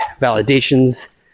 validations